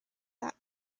that